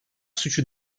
suçu